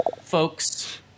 folks